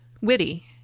witty